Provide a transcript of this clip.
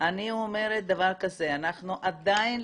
אנחנו עדיין,